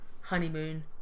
Honeymoon